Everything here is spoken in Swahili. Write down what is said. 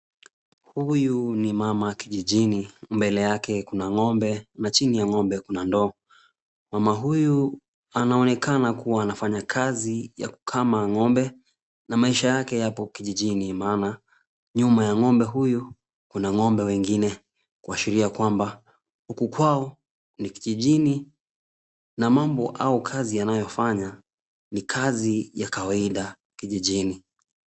Huyu ni mama kijijini mbele yake kuna ng'ombe na chini ya ng'ombe kuna ndoo. Mama huyu anaonekana kuwa anafanya kazi ya kukama ng'ombe na maisha yake yapo kijijini maana nyuma ya ng'ombe huyu kuna ng'ombe wengine. Kuashiria kwamba huku kwao ni kijijini na mambo au kazi anayofanya ni kazi ya kawaida kijijini.